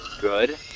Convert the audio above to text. Good